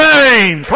name